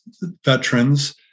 veterans